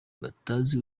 batazi